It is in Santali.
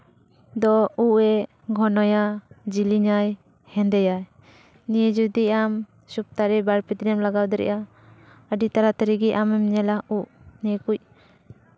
ᱫᱚ ᱩᱵ ᱮ ᱜᱷᱚᱱᱚᱭᱟ ᱡᱮᱞᱮᱧᱟᱭ ᱦᱮᱸᱫᱮᱭᱟᱭ ᱱᱤᱭᱟᱹ ᱡᱩᱫᱤ ᱟᱢ ᱥᱚᱯᱛᱟᱨᱮ ᱵᱟᱨ ᱯᱮ ᱫᱤᱱᱮᱢ ᱞᱟᱜᱟᱣ ᱫᱟᱲᱮᱭᱟᱜᱼᱟ ᱟᱹᱰᱤ ᱛᱟᱲᱟᱛᱟᱹᱲᱤᱜᱮ ᱟᱢᱮᱢᱧᱮᱞᱟ ᱩᱵ ᱱᱤᱭᱟᱹ ᱠᱚ